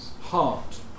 heart